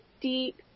deep